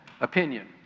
opinion